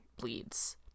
bleeds